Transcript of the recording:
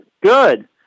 Good